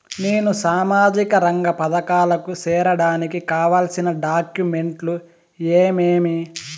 నేను సామాజిక రంగ పథకాలకు సేరడానికి కావాల్సిన డాక్యుమెంట్లు ఏమేమీ?